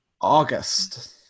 august